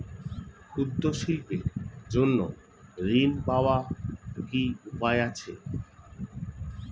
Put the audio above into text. ক্ষুদ্র শিল্পের জন্য ঋণ পাওয়ার কি উপায় আছে?